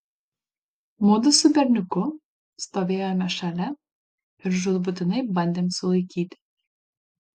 mudu su berniuku stovėjome šalia ir žūtbūtinai bandėm sulaikyti